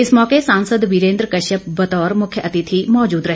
इस मौके सांसद वीरेन्द्र कश्यप बतौर मुख्यातिथि मौजूद रहे